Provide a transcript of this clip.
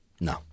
No